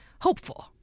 Hopeful